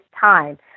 time